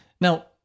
Now